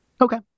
Okay